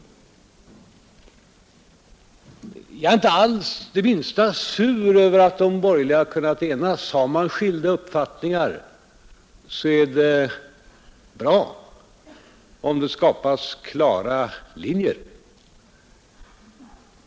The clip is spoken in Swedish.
Jag är inte det minsta sur över att de borgerliga har kunnat enas. Har man skilda uppfattningar, så är det bra om det skapas klara linjer.